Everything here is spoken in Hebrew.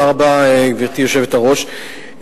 גברתי היושבת-ראש,